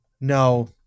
No